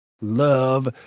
love